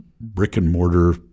brick-and-mortar